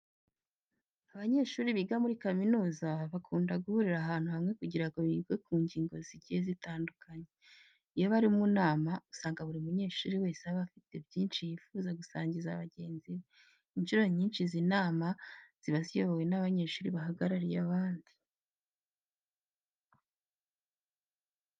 Abanyeshuri biga muri kaminuza, bakunda guhurira hamwe kugira ngo bige ku ngingo zigiye zitandukanye. Iyo bari mu nama usanga buri munyeshuri wese aba afite byinshi yifuza gusangiza bagenzi be. Incuro nyinshi izi nama ziba ziyobowe n'abanyeshuri bahagarariye abandi.